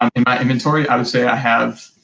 um in my inventory, i would say i have,